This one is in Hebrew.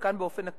חלקן באופן עקיף.